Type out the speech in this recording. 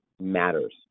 matters